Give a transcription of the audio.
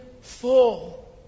full